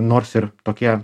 nors ir tokie